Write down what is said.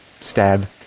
stab